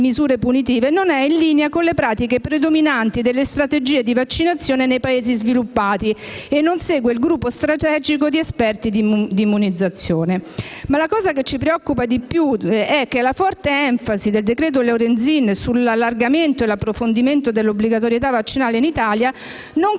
misure punitive non è in linea con le pratiche predominanti nelle strategie di vaccinazione nei Paesi sviluppati e non segue il gruppo strategico di esperti in immunizzazione. Tuttavia, la cosa che ci preoccupa di più è che la forte enfasi del cosiddetto decreto Lorenzin sull'allargamento e l'approfondimento dell'obbligatorietà vaccinale in Italia non